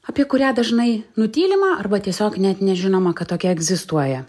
apie kurią dažnai nutylima arba tiesiog net nežinoma kad tokia egzistuoja